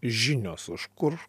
žinios už kur